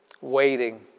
Waiting